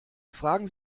fragen